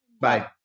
Bye